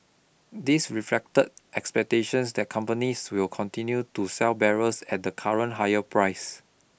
this reflected expectations that companies will continue to sell barrels at the current higher price